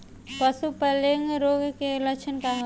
पशु प्लेग रोग के लक्षण का ह?